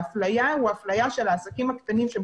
האפליה היא אפליה של העסקים הקטנים שהם